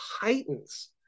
heightens